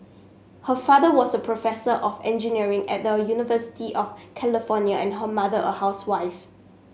her father was a professor of engineering at the University of California and her mother a housewife